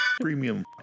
Premium